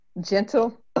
gentle